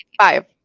Five